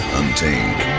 untamed